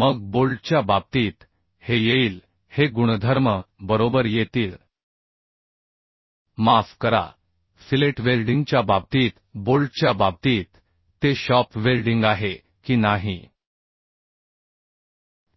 मग बोल्टच्या बाबतीत हे येईल हे गुणधर्म बरोबर येतील माफ करा फिलेट वेल्डिंगच्या बाबतीत बोल्टच्या बाबतीत ते शॉप वेल्डिंग आहे की नाही